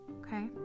okay